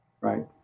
Right